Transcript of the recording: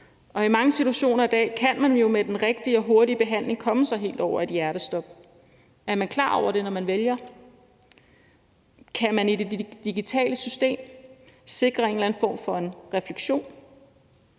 og i mange situationer i dag kan man jo med den rigtige og hurtige behandling komme sig helt over et hjertestop. Er man klar over det, når man vælger? Kan man i det digitale system sikre en eller anden form for refleksion?